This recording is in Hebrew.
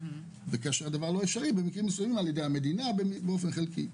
וכאשר הדבר לא אפשרי הם משופים על ידי המדינה באופן חלקי.